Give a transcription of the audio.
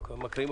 הסיכום.